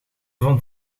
vond